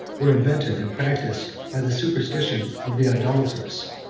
were invented and practised by the superstition of the idolaters.